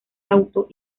auto